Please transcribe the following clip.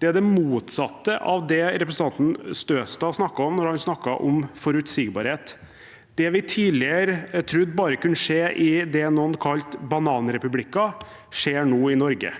Det er det motsatte av det representanten Støstad snakket om da han snakket om forutsigbarhet. Det vi tidligere trodde bare kunne skje i det noen kalte bananrepublikker, skjer nå i Norge.